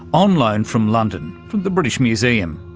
on loan from london, from the british museum.